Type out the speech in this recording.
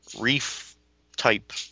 reef-type